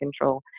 control